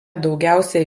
daugiausia